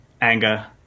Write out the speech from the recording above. anger